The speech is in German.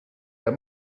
der